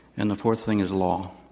and the fourth thing is law.